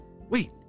Wait